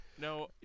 No